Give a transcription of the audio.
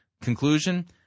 Conclusion